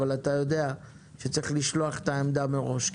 אבל אתה יודע שצריך לשלוח את העמדה מראש.